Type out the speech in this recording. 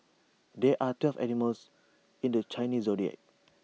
there are twelve animals in the Chinese Zodiac